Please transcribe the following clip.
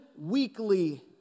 weekly